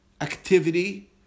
activity